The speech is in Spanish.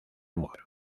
mujer